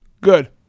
Good